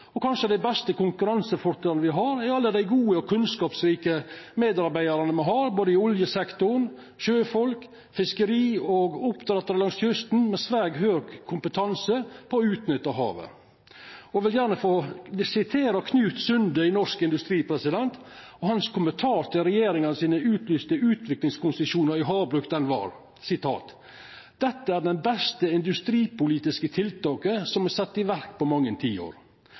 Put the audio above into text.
er kanskje alle dei gode, kunnskapsrike medarbeidarane våre – både i oljesektoren, blant sjøfolk, i fiskeri og i oppdrettet langs kysten – med svært høg kompetanse når det gjeld å utnytta havet. Eg vil gjerne få nemna Knut E. Sunde i Norsk Industri og hans kommentar til regjeringa sine utlyste utviklingskonsesjonar i havbruk. Han sa at dette var det beste industripolitiske tiltaket som var sett i verk på mange tiår.